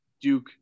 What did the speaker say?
Duke